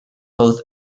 both